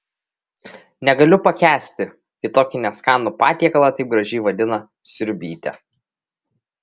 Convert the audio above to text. negaliu pakęsti kai tokį neskanų patiekalą taip gražiai vadina sriubytė